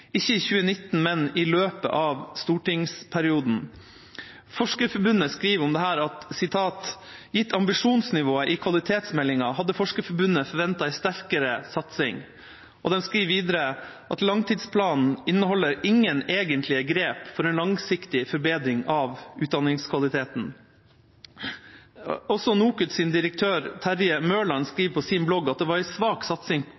ikke i 2019, men i løpet av stortingsperioden. Forskerforbundet skriver om dette: «Gitt ambisjonsnivået i Kvalitetsmeldingen, hadde Forskerforbundet forventet en sterkere satsing.» Og de skriver videre om langtidsplanen: «LTP-en inneholder ingen egentlig grep for en langsiktig forbedring av utdanningskvaliteten.» Også NOKUTs direktør, Terje Mørland, skriver på sin blogg: «Svak satsing